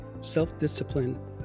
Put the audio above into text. self-discipline